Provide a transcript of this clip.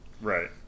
Right